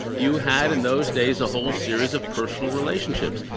you had, in those days, a whole series of personal relationships.